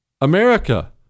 America